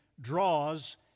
draws